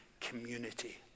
community